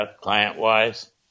client-wise